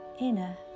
inner